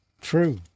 True